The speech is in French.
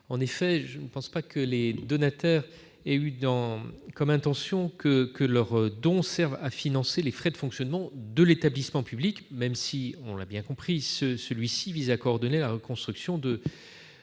En effet, je ne pense pas que les donateurs aient eu comme intention de financer les frais de fonctionnement de l'établissement public, même si, on l'a bien compris, celui-ci vise à coordonner la reconstruction de